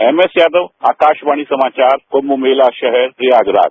एमएसयादव आकाशवाणी समाचार कुंभ मेला शहर प्रयागराज